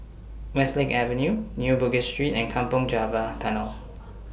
Westlake Avenue New Bugis Street and Kampong Java Tunnel